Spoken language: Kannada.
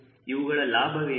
ಇವುಗಳ ಲಾಭವೇನು